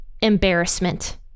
embarrassment